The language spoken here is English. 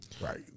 Right